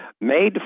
Made